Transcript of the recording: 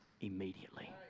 immediately